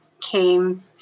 came